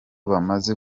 bamaze